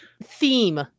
theme